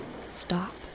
stop